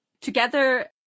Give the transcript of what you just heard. Together